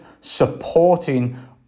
supporting